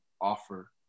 offer